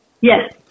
Yes